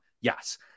Yes